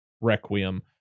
Requiem